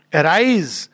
arise